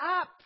up